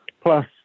Plus